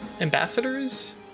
ambassadors